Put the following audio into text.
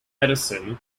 edison